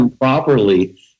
properly